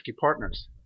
partners